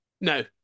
No